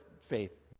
faith